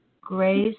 grace